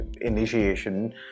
initiation